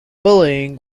bullying